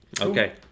Okay